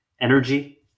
energy